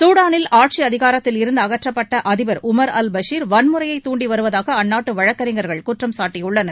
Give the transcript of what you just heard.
சூடாளில் ஆட்சி அதிகாரத்திலிருந்து அகற்றப்பட்ட அதிபர் உமர் அல் பஷீர் வன்முறையை தூண்டி வருவதாக அந்நாட்டு வழக்கறிஞர்கள் குற்றம்சாட்டியுள்ளனர்